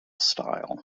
style